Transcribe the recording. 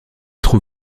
trop